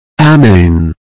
Amen